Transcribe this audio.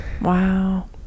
Wow